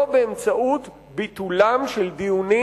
לא באמצעות ביטולם של דיונים,